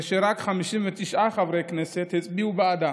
כאשר רק 59 מחברי הכנסת הצביעו בעדה.